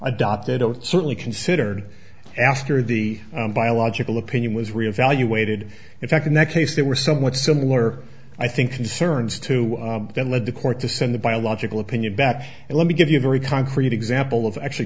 adopted or certainly considered after the biological opinion was reevaluated in fact in that case they were somewhat similar i think concerns to then lead the court to send the biological opinion back and let me give you a very concrete example of actually